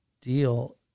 deal